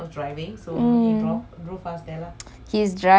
he is driving that's why lah makes sense